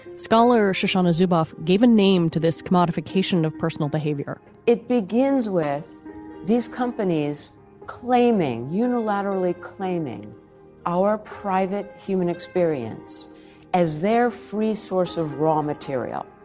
scholar shushannah zubov given name to this commodification of personal behavior it begins with these companies claiming unilaterally claiming our private human experience as their free source of raw material.